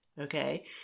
okay